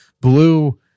blue